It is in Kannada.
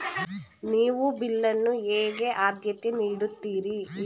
ನೀವು ಬಿಲ್ ಅನ್ನು ಹೇಗೆ ಆದ್ಯತೆ ನೀಡುತ್ತೀರಿ?